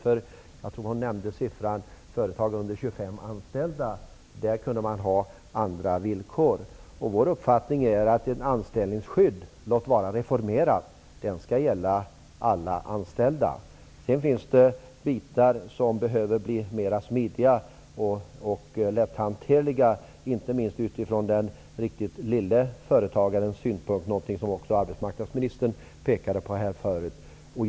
Hon anser att andra villkor kan gälla för företag med mindre än 25 anställda -- jag tror att det var den siffra som hon nämnde. Vår uppfattning är att ett anställningsskydd, låt vara reformerat, skall gälla alla anställda. Sedan finns det bitar som behöver göras mer smidiga och lätthanterliga, inte minst utifrån den riktigt lille företagarens synpunkt, något som också arbetsmarknadsministern pekade på här tidigare.